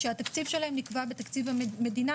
שהתקציב שלהם נקבע בתקציב המדינה,